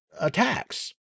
attacks